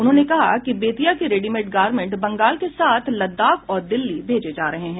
उन्होंने कहा कि बेतिया के रेडिमेट गारमेंट बंगाल के साथ लद्दाख और दिल्ली भेजे जा रहे हैं